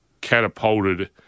catapulted